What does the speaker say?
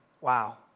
Wow